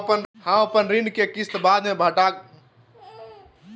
हम अपन ऋण के किस्त बाद में बढ़ा घटा सकई हियइ?